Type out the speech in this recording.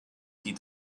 die